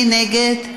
מי נגד?